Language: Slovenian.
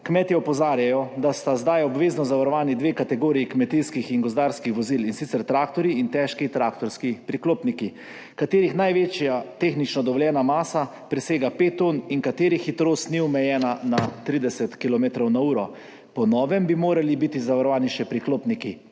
Kmetje opozarjajo, da sta zdaj obvezno zavarovani dve kategoriji kmetijskih in gozdarskih vozil, in sicer traktorji in težki traktorski priklopniki, katerih največja tehnično dovoljena masa presega pet ton in katerih hitrost ni omejena na 30 kilometrov na uro. Po novem bi morali biti zavarovani še priklopniki